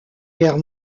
guerre